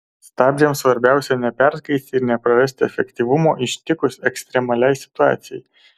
stabdžiams svarbiausia neperkaisti ir neprarasti efektyvumo ištikus ekstremaliai situacijai